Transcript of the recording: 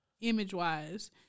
image-wise